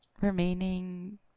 remaining